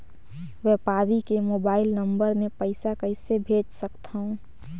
व्यापारी के mobile number मे पईसा कइसे भेज सकथव?